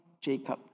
Jacob